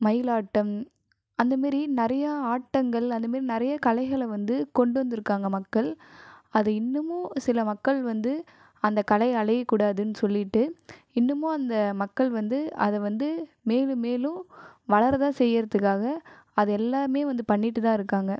மயிலாட்டம் அந்த மேரி நிறையா ஆட்டங்கள் அந்த மேரி நிறையா கலைகளை வந்து கொண்டு வந்துருக்காங்க மக்கள் அதை இன்னுமும் சில மக்கள் வந்து அந்த கலையை அழியக்கூடாதுனு சொல்லிவிட்டு இன்னுமும் அந்த மக்கள் வந்து அதை வந்து மேலும் மேலும் வளர தான் செய்யறதுக்காக அதை எல்லாமே வந்து பண்ணிகிட்டு தான் இருக்காங்க